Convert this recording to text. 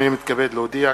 הנני מתכבד להודיע,